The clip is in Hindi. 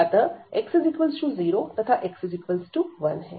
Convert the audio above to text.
अतः x0 तथा x1 है